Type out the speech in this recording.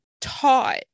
taught